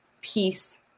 peace